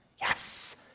Yes